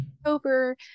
October